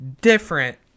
different